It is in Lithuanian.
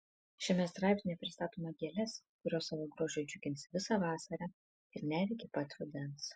šiame straipsnyje pristatome gėles kurios savo grožiu džiugins visą vasarą ir net iki pat rudens